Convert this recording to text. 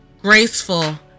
graceful